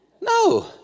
No